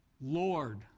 lord